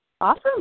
Awesome